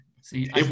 See